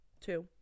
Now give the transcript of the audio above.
Two